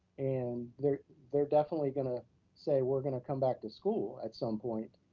and they're they're definitely gonna say we're gonna come back to school at some point,